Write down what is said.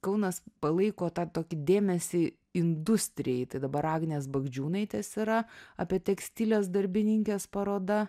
kaunas palaiko tą tokį dėmesį industrijai tai dabar agnės bagdžiūnaitės yra apie tekstilės darbininkės paroda